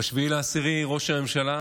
ב-7 באוקטובר ראש הממשלה